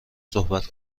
صحبت